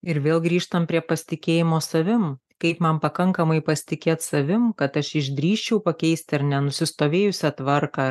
ir vėl grįžtam prie pasitikėjimo savim kaip man pakankamai pasitikėt savim kad aš išdrįsčiau pakeisti ar ne nusistovėjusią tvarką